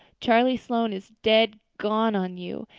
charlie sloane is dead gone on you.